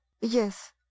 Yes